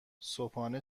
صبحانه